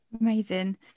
Amazing